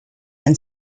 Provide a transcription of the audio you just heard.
and